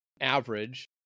average